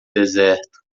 deserto